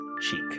cheek